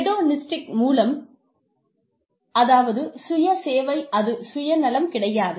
hedonistic மூலம் அதாவது சுய சேவை அது சுயநலம் கிடையாது